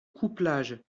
couplage